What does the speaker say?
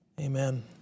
Amen